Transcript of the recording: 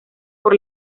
por